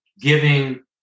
giving